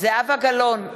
זהבה גלאון,